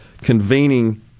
convening